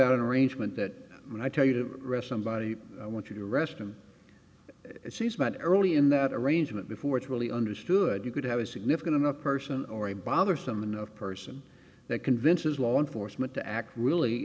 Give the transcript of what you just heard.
out an arrangement that when i tell you to rest somebody i want you to arrest him it seems but early in that arrangement before it's really understood you could have a significant enough person or a bothersome enough person that convinces law enforcement to act really